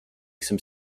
some